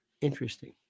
Interesting